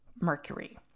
Mercury